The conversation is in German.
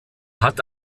hat